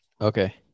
Okay